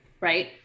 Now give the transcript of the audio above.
Right